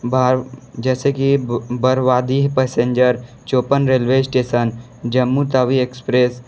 बारव जैसे कि Barwadih passenger Chopan railway station Jammu Tawi express